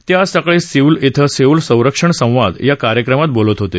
ते आज सकाळी सेऊल क्रे सेऊल संरक्षण संवाद या कार्यक्रमात बोलत होते